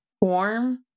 warm